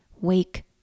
Wake